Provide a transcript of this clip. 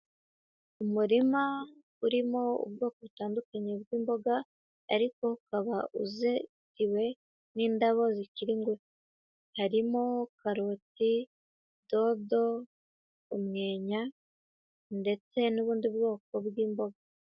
Umurima urimo ubwoko butandukanye bw'imboga, ariko ukaba uzetiwe n'indabo zikiri ngufi. Harimo karoti, dodo, umwenya, ndetse n'ubundi bwoko bw'imboga.